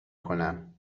کنم